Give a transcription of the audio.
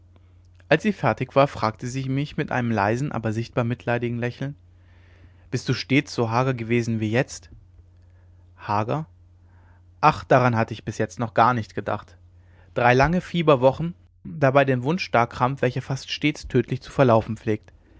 als sie fertig war fragte sie mich mit einem leisen aber sichtbar mitleidigen lächeln bist du stets so hager gewesen wie jetzt hager ach daran hatte ich noch gar nicht gedacht drei lange fieberwochen und dabei den wundstarrkrampf welcher fast stets tödlich zu verlaufen pflegt